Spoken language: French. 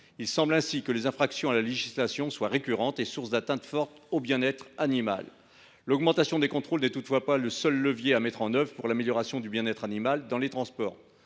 il semble que les infractions à la législation soient récurrentes et source d’atteintes fortes au bien être animal. L’augmentation des contrôles n’est toutefois pas le seul levier à actionner pour améliorer le bien être animal dans les transports.